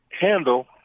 handle